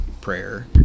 prayer